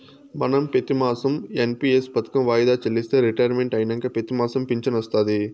మనం పెతిమాసం ఎన్.పి.ఎస్ పదకం వాయిదా చెల్లిస్తే రిటైర్మెంట్ అయినంక పెతిమాసం ఫించనొస్తాది